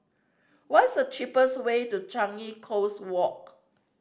what's the cheapest way to Changi Coast Walk